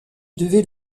devait